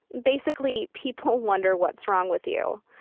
basically, people wonder what's wrong with you.